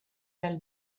del